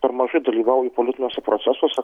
per mažai dalyvauju politiniuose procesuose